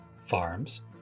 farms